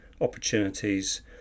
opportunities